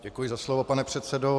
Děkuji za slovo, pane předsedo.